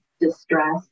distress